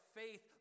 faith